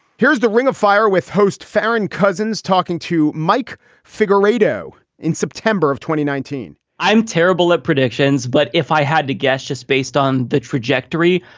here's the ring of fire with host faren cousins talking to mike figger radio in september of twenty nineteen i'm terrible at predictions, but if i had to guess, just based on the trajectory,